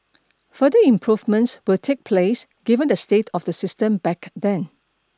further improvements will take place given the state of the system back then